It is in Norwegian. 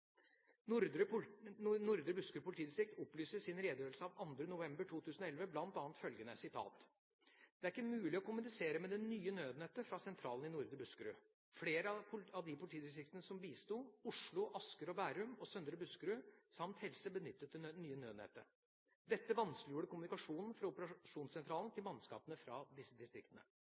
Nordre Buskerud politidistrikt opplyser i sin redegjørelse av 2. november 2011 bl.a. følgende: «Det er ikke mulig å kommunisere med det nye nødnettet fra sentralen i Nordre Buskerud. Flere av de politidistriktene som bistod, Oslo, Asker og Bærum Søndre Buskerud samt helse, benyttet det nye nødnettet. Dette vanskeliggjorde kommunikasjonen fra operasjonssentralen til mannskapene fra disse distriktene.